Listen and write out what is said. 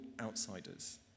outsiders